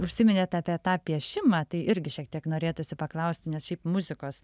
užsiminėt apie tą piešimą tai irgi šiek tiek norėtųsi paklausti nes šiaip muzikos